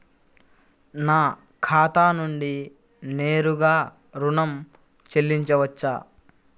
నా ఖాతా నుండి నేరుగా ఋణం చెల్లించవచ్చా?